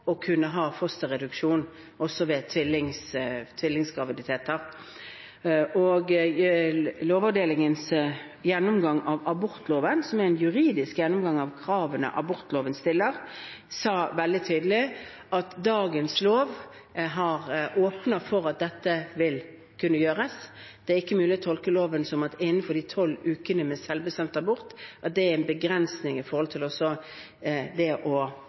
fosterreduksjon også ved tvillingsgraviditet. Lovavdelingens gjennomgang av abortloven, som er en juridisk gjennomgang av kravene som abortloven stiller, sa veldig tydelig at dagens lov åpner for at dette vil kunne gjøres. Det er ikke mulig å tolke loven dithen at de tolv ukene for selvbestemt abort er en begrensning med tanke på selektiv abort på ett av to tvillingfoster. Det er altså ikke en